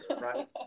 right